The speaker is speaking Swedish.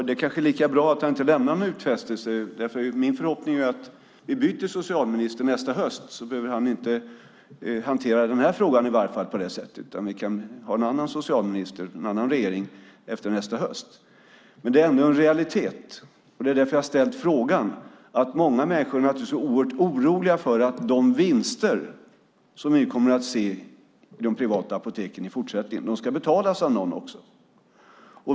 Det kanske är lika bra att inte lämna någon utfästelse, för min förhoppning är att vi byter socialminister nästa höst. Då behöver han inte hantera den här frågan, utan vi kommer att ha en annan socialminister och en annan regering nästa höst. Men det är ändå en realitet, och det är därför jag har ställt frågan. Många människor är naturligtvis oroliga, för de vinster som vi kommer att se för de privata apoteken i fortsättningen ska betalas av någon.